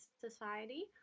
Society